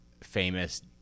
famous